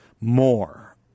more